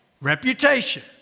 Reputation